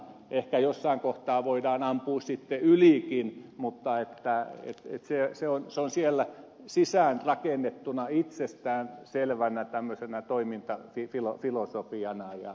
ehkä jossain kohtaa voidaan ampua sitten ylikin mutta se on siellä sisään rakennettuna itsestään selvänä että me tämä toiminta vie tilaa filosofiana ja